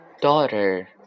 Daughter